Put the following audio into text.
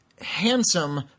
handsome